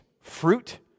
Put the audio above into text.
fruit